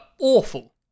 Awful